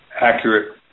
accurate